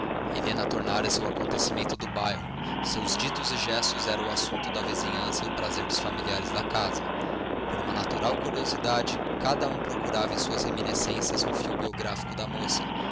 helena tornara-se o acontecimento do bairro seus ditos e gestos eram o assunto da vizinhança e o prazer dos familiares da casa por uma natural curiosidade cada um procurava em suas reminiscências um fio biográfico da moça